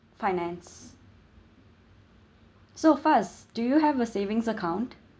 finance so Faz do you have a savings account